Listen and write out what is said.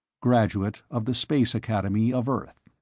graduate of the space academy of earth.